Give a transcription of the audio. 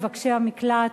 מבקשי המקלט.